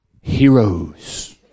heroes